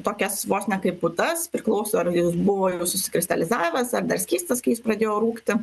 tokias vos ne kaip putas priklauso ar buvo jau susikristalizavęs ar dar skystas kai jis pradėjo rūgti